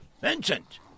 Vincent